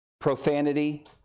profanity